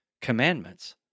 commandments